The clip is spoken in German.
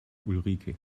ulrike